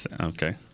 Okay